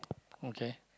okay